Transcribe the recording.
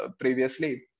previously